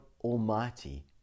Almighty